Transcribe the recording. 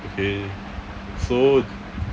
okay so